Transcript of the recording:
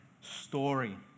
story